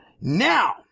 Now